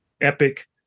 epic